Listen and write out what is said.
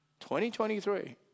2023